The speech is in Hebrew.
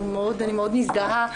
אני מאוד מזדהה.